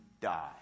die